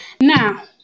Now